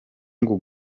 ngo